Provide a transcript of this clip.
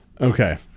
Okay